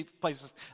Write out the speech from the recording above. places